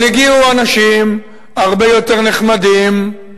אבל הגיעו אנשים הרבה יותר נחמדים,